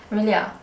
really ah